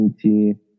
community